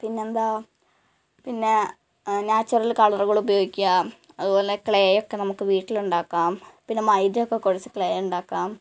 പിന്നെ എന്താണ് പിന്നേ നാച്ചുറൽ കളറുകൾ ഉപയോഗിക്കുക അതേ പോലതന്നെ ക്ലേയൊക്കെ നമുക്ക് വീട്ടിൽ ഉണ്ടാക്കാം പിന്നെ മൈദയൊക്കെ കുഴച്ച് ക്ലേ ഉണ്ടാക്കാം